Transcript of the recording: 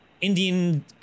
Indian